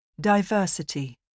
Diversity